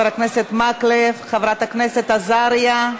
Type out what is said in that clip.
חבר הכנסת מקלב, חברת הכנסת עזריה,